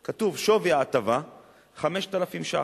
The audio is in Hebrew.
כתוב: שווי ההטבה 5,000 ש"ח.